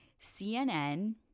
CNN